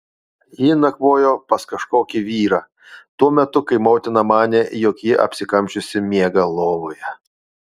ji nakvojo pas kažkokį vyrą tuo metu kai motina manė jog ji apsikamšiusi miega lovoje